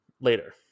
Later